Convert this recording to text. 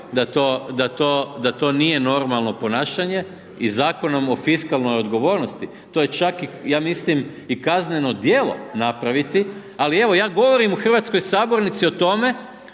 da to nije normalno ponašanje i Zakonom o fiskalnoj odgovornosti to je čak ja mislim i kazneno djelo napraviti, ali evo ja govorim u hrvatskoj sabornici o tome,